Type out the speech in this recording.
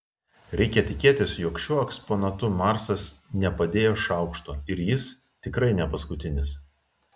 reikia tikėtis jog šiuo eksponatu marsas nepadėjo šaukšto ir jis tikrai ne paskutinis